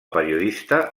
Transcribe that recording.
periodista